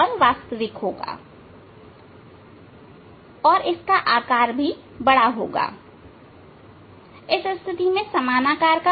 वास्तविक उल्टा और आकार बढ़ रहा है इस स्थिति में समान आकार का होगा